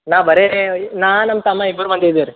ನಾನು ಬರೇ ನಾನು ನಮ್ಮ ತಮ್ಮ ಇಬ್ಬರು ಬಂದಿದ್ದೇವೆ ರೀ